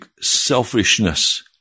selfishness